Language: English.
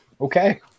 okay